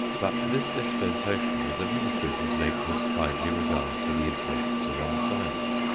but this dispensation is another proof of nature's kindly regard for the interests of our science.